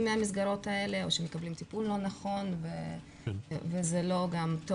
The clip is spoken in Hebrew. מהמסגרות האלה או שהם מקבלים טיפול לא נכון וזה לא טוב